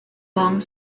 long